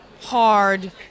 hard